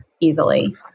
easily